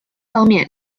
方面